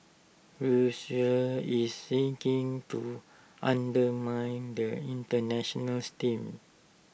Russia is seeking to undermine the International steam